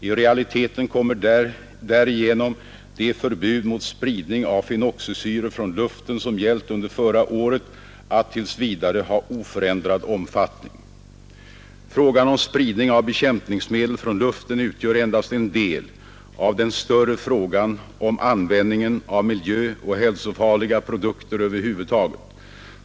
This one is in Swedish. I realiteten kommer därigenom de förbud mot spridning av fenoxisyror från luften som gällt under förra året att tills vidare ha oförändrad omfattning. Frågan om spridning av bekämpningsmedel från luften utgör endast en del av den större frågan om användningen av miljöoch hälsofarliga produkter över huvud taget.